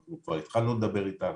אנחנו כבר התחלנו לדבר איתם.